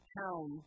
town